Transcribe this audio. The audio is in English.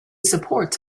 supports